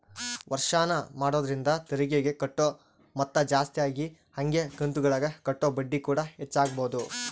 ವರ್ಷಾಶನ ಮಾಡೊದ್ರಿಂದ ತೆರಿಗೆಗೆ ಕಟ್ಟೊ ಮೊತ್ತ ಜಾಸ್ತಗಿ ಹಂಗೆ ಕಂತುಗುಳಗ ಕಟ್ಟೊ ಬಡ್ಡಿಕೂಡ ಹೆಚ್ಚಾಗಬೊದು